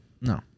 no